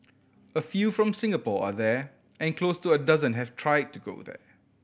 a few from Singapore are there and close to a dozen have tried to go there